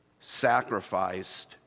sacrificed